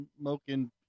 smoking